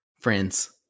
Friends